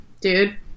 dude